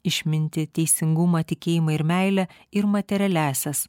išmintį teisingumą tikėjimą ir meilę ir materialiąsias